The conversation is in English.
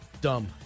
Dumb